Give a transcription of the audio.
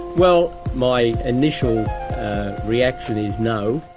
well my initial reaction is no.